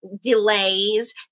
delays